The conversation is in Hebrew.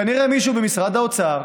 כנראה מישהו במשרד האוצר,